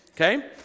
okay